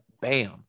Bam